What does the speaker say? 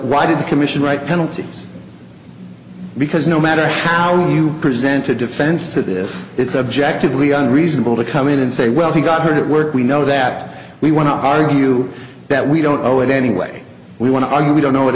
in the commission right penalties because no matter how are you present a defense to this it subjectively unreasonable to come in and say well he got hurt at work we know that we want to argue that we don't owe it anyway we want to argue we don't know it